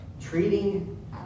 treating